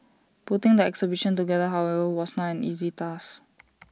putting the exhibition together however was not easy task